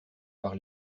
par